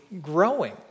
growing